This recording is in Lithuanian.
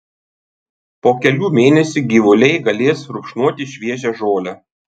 po kelių mėnesių gyvuliai galės rupšnoti šviežią žolę